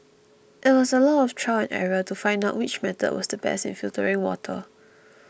it was a lot of trial and error to find out which method was the best in filtering water